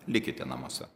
likite namuose